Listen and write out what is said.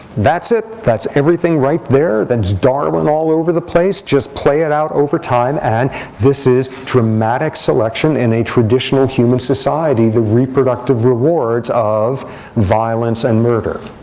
that's it. that's everything right there. that's darwin all over the place. just play it out over time. and this is dramatic selection in a traditional human society, the reproductive rewards of violence and murder.